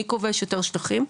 מי כובש יותר שטחים.